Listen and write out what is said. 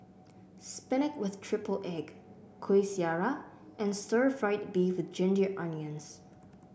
spinach with triple egg Kuih Syara and Stir Fried Beef with Ginger Onions